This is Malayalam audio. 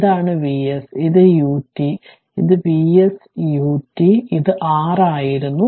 ഇതാണ് Vs ഇത് ut ഇത് Vs ut ഇത് R ആയിരുന്നു